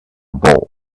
bowl